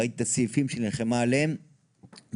ראיתי את הסעיפים שהיא נלחמה עליהם בנושא